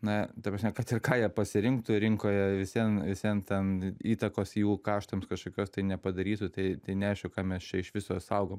na ta prasme kad ir ką jie pasirinktų rinkoje vis vien vis vien ten įtakos jų kaštams kažkokios tai nepadarytų tai tai neaišku ką mes čia iš viso saugom